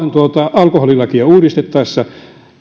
alkoholilakia uudistettaessa